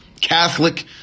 Catholic